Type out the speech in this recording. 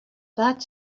that